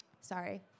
Sorry